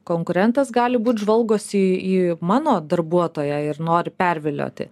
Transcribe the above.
konkurentas gali būt žvalgosi į mano darbuotoją ir nori pervilioti